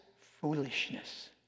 foolishness